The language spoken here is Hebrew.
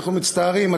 אנחנו מצטערים,